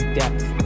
depth